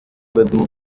with